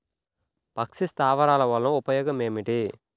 పక్షి స్థావరాలు వలన ఉపయోగం ఏమిటి?